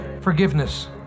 forgiveness